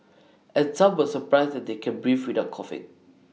and some were surprised that they can breathe without coughing